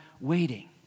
waiting